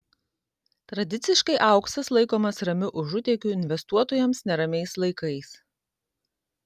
tradiciškai auksas laikomas ramiu užutėkiu investuotojams neramiais laikais